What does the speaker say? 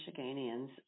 Michiganians